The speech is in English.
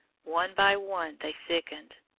one by one they sickened,